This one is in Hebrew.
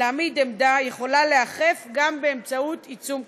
להעמיד עמדה יכולה להיאכף גם באמצעות עיצום כספי.